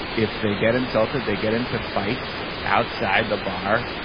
if they get insulted they get into fights outside the bar.